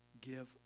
give